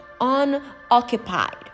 Unoccupied